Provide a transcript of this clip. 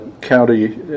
county